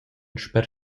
sper